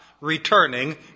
returning